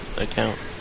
account